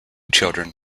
children